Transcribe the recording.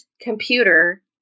computer